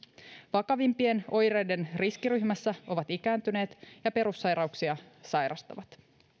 vakavimpien oireiden riskiryhmässä ovat ikääntyneet ja perussairauksia sairastavat